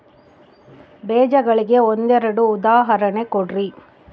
ಬೇಜಗಳಿಗೆ ಒಂದೆರಡು ಉದಾಹರಣೆ ಕೊಡ್ರಿ?